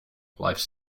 life